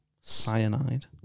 Cyanide